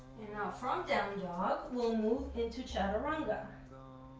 and now from down dog, we'll move into chaturanga.